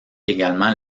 également